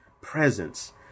presence